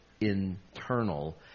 internal